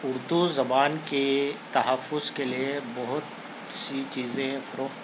اردو زبان کے تحفظ کے لئے بہت سی چیزیں فروخت